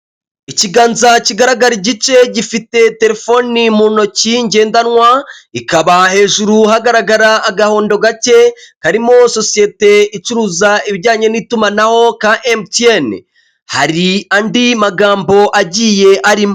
Ikiganza kigaragara igice gifite telefoni mu ntoki ngendanwa, ikaba hejuru hagaragara agahondo gake karimo sosiyete icuruza ibijyanye n'itumanaho ka emutiyene, hari andi magambo agiye arimo.